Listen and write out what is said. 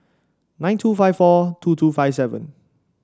nine two five four two two five seven